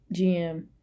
GM